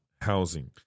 housing